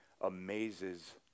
amazes